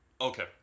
Okay